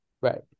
right